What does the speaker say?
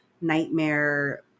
nightmare